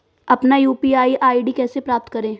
अपना UPI ID कैसे प्राप्त करें?